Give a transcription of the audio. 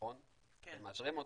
מאשרים אותו,